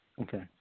Okay